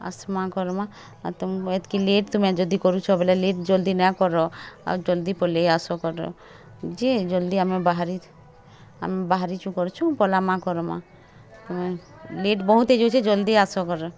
ଆସ୍ମା କର୍ମା ତମକୁ ଏତକି ଲେଟ୍ ତୁମେ ଯଦି କରୁଛ ବେଲେ ଲେଟ୍ ଜଲଦି ନାଇଁ କର ଆଉ ଜଲ୍ଦି ପଲେଇ ଆସ କର ଯେ ଜଲ୍ଦି ଆମେ ବାହାରି ଆମେ ବାହାରିଛୁଁ କରିଛୁଁ ପଲାମା କର୍ମା ଲେଟ୍ ବହୁତ୍ ହେଇ ଯାଉଛେ ଜଲ୍ଦି ଆସ କର